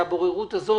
שהבוררות הזאת